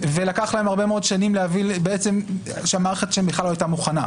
ולקח להם הרבה מאוד שנים להבין שהמערכת שלהם בכלל לא היתה מוכנה.